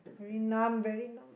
very numb very numb